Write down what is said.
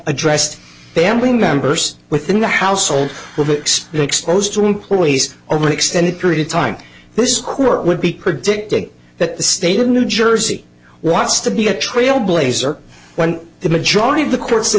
addressed family members within the household but it still exposed to employees over an extended period of time this court would be predicting that the state of new jersey wants to be a trailblazer when the majority of the courts tha